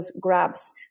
grabs